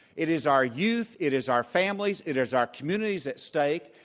it is our youth. it is our families, it is our communities at stake.